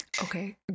Okay